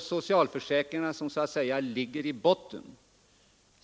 Socialförsäkringarna ligger alltså så att säga i botten.